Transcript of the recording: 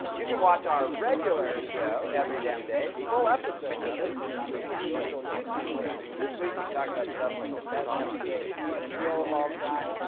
you can watch our regular show every damn day, full episodes of it on the comedy central youtube page. this week we talk about stuff like the best episode of key and peele of all time,